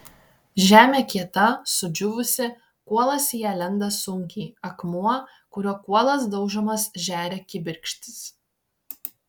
žemė kieta sudžiūvusi kuolas į ją lenda sunkiai akmuo kuriuo kuolas daužomas žeria kibirkštis